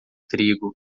trigo